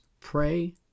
pray